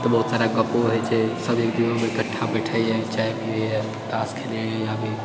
तऽ बहुत सारा गपो हइ छै सब एक जगह इकठ्ठा बैठैए चाय पियैए ताश खेलैए